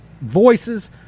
voices